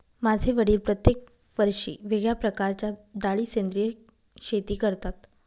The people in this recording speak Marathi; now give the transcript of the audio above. माझे वडील प्रत्येक वर्षी वेगळ्या प्रकारच्या डाळी सेंद्रिय शेती करतात